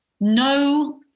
no